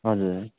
हजुर